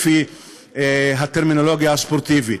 לפי הטרמינולוגיה הספורטיבית,